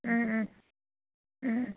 ꯎꯝꯎꯝ ꯎꯝꯎꯝ